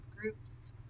groups